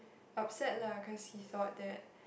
upset lah cause he thought that